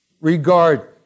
regard